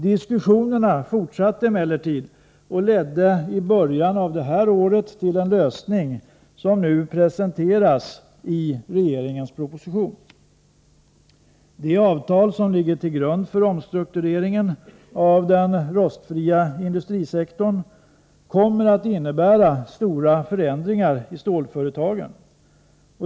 Diskussionerna fortsatte emellertid och ledde i början av detta år till en lösning, som nu har presenterats i regeringens proposition. De avtal som ligger till grund för omstruktureringen av den rostfria industrisektorn kommer att innebära stora förändringar i stålföretagen.